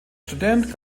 student